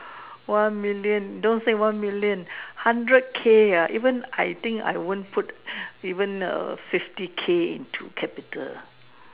one million don't say one million hundred K ah even I think I won't put even err fifty K into capital